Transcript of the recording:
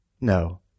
No